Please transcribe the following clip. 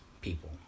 people